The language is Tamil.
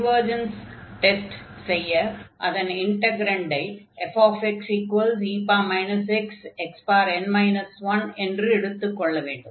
எனவே கன்வர்ஜன்ஸ் டெஸ்ட் செய்ய அதன் இன்டக்ரன்டை fxe xxn 1 என்று எடுத்துக் கொள்ள வேண்டும்